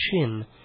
chin